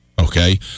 Okay